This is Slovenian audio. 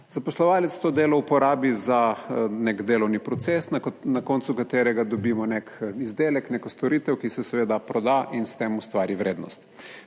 Zaposlovalec to delo uporabi za nek delovni proces, na koncu katerega dobimo nek izdelek, neko storitev, ki se seveda proda in s tem ustvari vrednost.